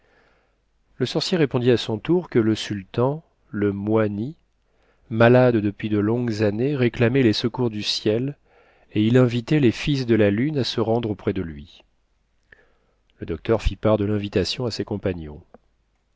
le sorcier répondit à son tour que le sultan le mwani malade depuis de longues années réclamait les secours du ciel et il invitait les fils de la lune à se rendre auprès de lui le docteur fit part de l'invitation à ses compagnons